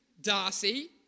Darcy